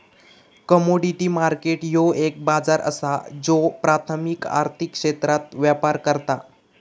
commodity market ह्यो एक बाजार असा ज्यो प्राथमिक आर्थिक क्षेत्रात व्यापार करता